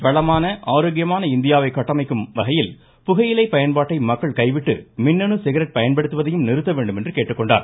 வளமான ஆரோக்கியமான இந்தியாவை கட்டமைக்கும் வகையில் புகையிலை பயன்பாட்டை மக்கள் கைவிட்டு மின்னணு சிகரெட் பயன்படுத்துவதையும் நிறுத்த வேண்டுமென்று கேட்டுக்கொண்டார்